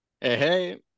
hey